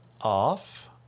off